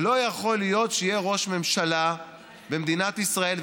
שלא יכול להיות שראש ממשלה במדינת ישראל,